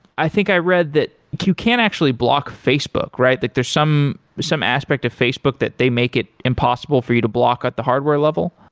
i think i read that you can't actually block facebook, right. that there's some some aspect of facebook that they make it impossible for you to block at the hardware level?